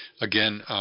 again